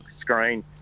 screen